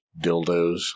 dildos